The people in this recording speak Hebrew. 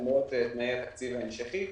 למרות תנאי התקציב ההמשכי,